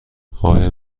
آیا